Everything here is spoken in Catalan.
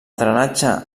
drenatge